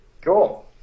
Cool